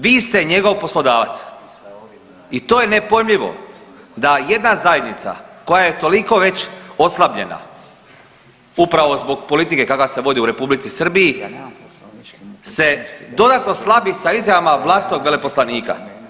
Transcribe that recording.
Vi ste njegov poslodavac i to je nepojmljivo da jedna zajednica koja je toliko već oslabljena upravo zbog politike kakva se vodi u R. Srbiji se dodatno slabi sa izjavama vlastitog veleposlanika.